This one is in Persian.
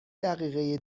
دقیقه